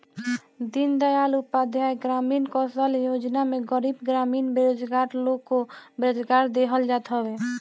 दीनदयाल उपाध्याय ग्रामीण कौशल्य योजना में गरीब ग्रामीण बेरोजगार लोग को रोजगार देहल जात हवे